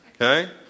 Okay